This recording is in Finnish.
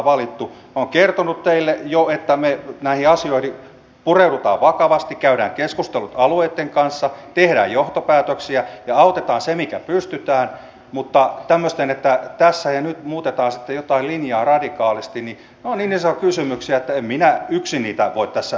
minä olen kertonut teille jo että me näihin asioihin pureudumme vakavasti käymme keskustelut alueitten kanssa teemme johtopäätöksiä ja autamme sen minkä pystymme mutta tämmöiset että tässä ja nyt muutetaan jotain linjaa radikaalisti ovat niin isoja kysymyksiä että en minä yksin niitä voi tässä ratkaista